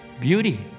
beauty